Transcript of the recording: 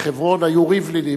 בחברון היו ריבלינים.